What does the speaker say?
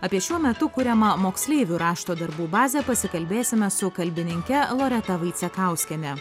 apie šiuo metu kuriamą moksleivių rašto darbų bazę pasikalbėsime su kalbininke loreta vaicekauskiene